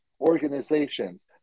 organizations